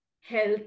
health